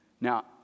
Now